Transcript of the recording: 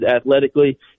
athletically